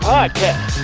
Podcast